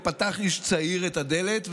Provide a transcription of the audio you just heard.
ופתח איש צעיר את הדלת,